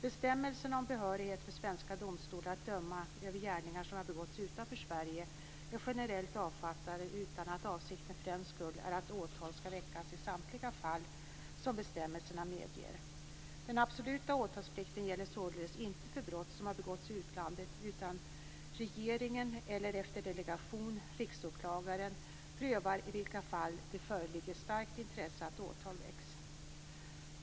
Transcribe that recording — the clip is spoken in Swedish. Bestämmelserna om behörighet för svenska domstolar att döma över gärningar som har begåtts utanför Sverige är generellt avfattade utan att avsikten för den skull är att åtal skall väckas i samtliga fall som bestämmelserna medger. Den absoluta åtalsplikten gäller således inte för brott som har begåtts i utlandet, utan regeringen eller, efter delegation, Riksåklagaren prövar i vilka fall det föreligger starkt intresse att åtal väcks.